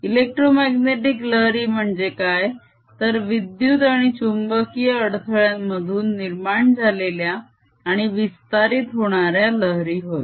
electromagnetic लहरी म्हणजे काय तर विद्युत आणि चुंबकीय अडथळ्यांमधून निर्माण झालेल्या आणि विस्तारित होणाऱ्या लहरी होय